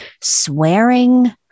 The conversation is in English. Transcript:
swearing